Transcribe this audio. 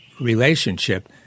relationship